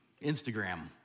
Instagram